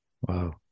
Wow